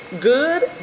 Good